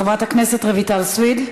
חברת הכנסת רויטל סויד,